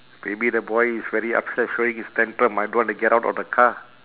maybe the boy is very upset showing his tantrum I don't want to get out of the car